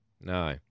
No